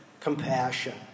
compassion